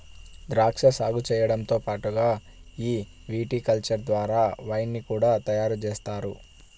ద్రాక్షా సాగు చేయడంతో పాటుగా ఈ విటికల్చర్ ద్వారా వైన్ ని కూడా తయారుజేస్తారు